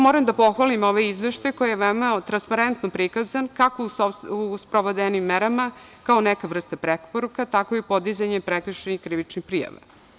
Moram da pohvalim ovaj izveštaj koji je veoma transparentno prikazan, kako u sprovedenim merama, kao neka vrsta preporuke, tako i u podizanju prekršajnih krivičnih prijava.